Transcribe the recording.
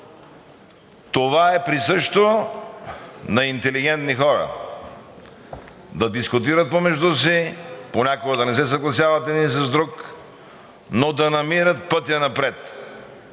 Това е присъщо на интелигентни хора – да дискутират помежду си, понякога да не се съгласяват един с друг, но да намират пътя напред.